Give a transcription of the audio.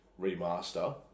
remaster